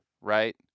right